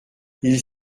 ils